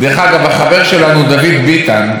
דרך אגב, החבר שלנו, דוד ביטן,